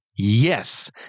yes